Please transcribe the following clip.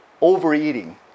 overeating